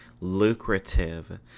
lucrative